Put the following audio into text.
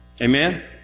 Amen